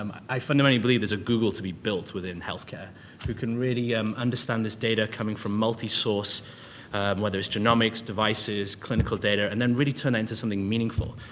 um i firmly believe there's a google to be built within healthcare who can really um understand this data coming from multisource whether it's genomics, devices, clinical data and then really turn it into something meaningful.